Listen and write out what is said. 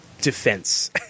defense